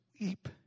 weep